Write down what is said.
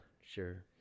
sure